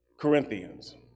Corinthians